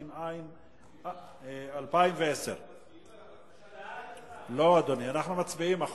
התש"ע 2010. אנחנו מצביעים על הבקשה לבטל את הצווים?